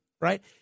Right